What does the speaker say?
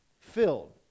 filled